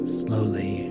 slowly